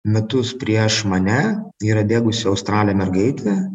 metus prieš mane yra bėgusi australė mergaitė